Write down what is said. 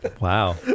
Wow